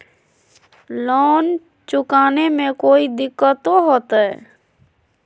Loan चुकाने में कोई दिक्कतों होते?